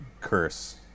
curse